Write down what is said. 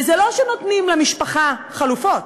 וזה לא שנותנים למשפחה חלופות,